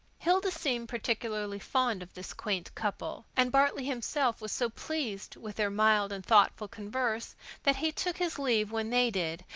hilda seemed particularly fond of this quaint couple, and bartley himself was so pleased with their mild and thoughtful converse that he took his leave when they did,